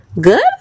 Good